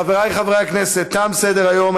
חברי חברי הכנסת, תם סדר-היום.